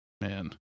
man